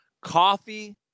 coffee